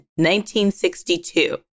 1962